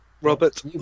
Robert